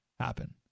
Happen